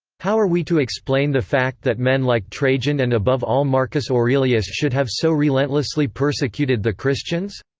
how are we to explain the fact that men like trajan and above all marcus aurelius should have so relentlessly persecuted the christians?